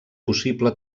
possible